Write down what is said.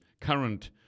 current